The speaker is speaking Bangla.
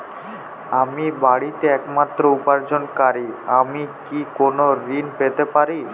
আমি বাড়িতে একমাত্র উপার্জনকারী আমি কি কোনো ঋণ পেতে পারি?